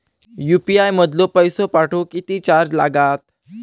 UPI मधलो पैसो पाठवुक किती चार्ज लागात?